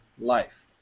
life